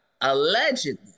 Allegedly